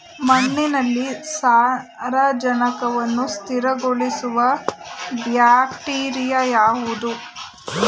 ಮಣ್ಣಿನಲ್ಲಿ ಸಾರಜನಕವನ್ನು ಸ್ಥಿರಗೊಳಿಸುವ ಬ್ಯಾಕ್ಟೀರಿಯಾ ಯಾವುದು?